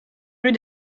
rue